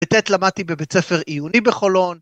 בט' למדתי בבית ספר עיוני בחולון